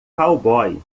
cowboy